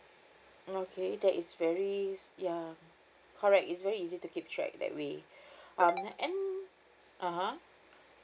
okay that is very ya correct it's very easy to keep track that way um uh and (uh huh)